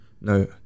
no